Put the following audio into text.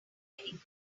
vehicles